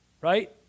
right